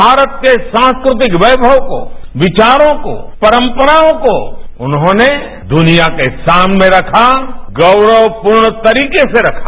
भारत के सांस्कृतिक वैमव को विचारों को परंपराओं को उन्होंने दुनिया के सामने रखा गौरवपूर्ण तरीके से रखा